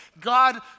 God